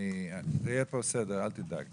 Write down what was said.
כתבנו הגדרה מאוד כללית לבקשת המשתתפים,